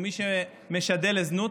או מי שמשדל לזנות,